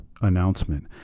announcement